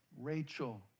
Rachel